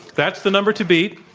that's the number to beat.